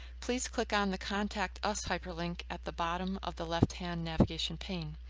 please click on the contact us hyperlink at the bottom of the left-hand navigation pane.